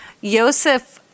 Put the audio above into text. Yosef